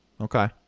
Okay